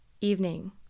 evening